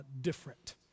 different